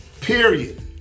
Period